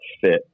fit